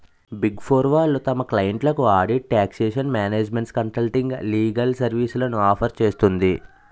big four వాళ్ళు తమ క్లయింట్లకు audit, taxation, management consulting, legal సర్వీస్లను ఆఫర్ చేస్తుంది